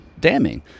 damning